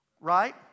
Right